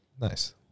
Nice